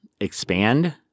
expand